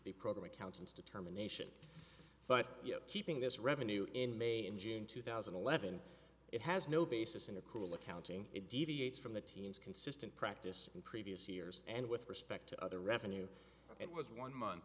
the program accountants determination but keeping this revenue in may in june two thousand and eleven it has no basis in a cool accounting it deviates from the team's consistent practice in previous years and with respect to other revenue it was one month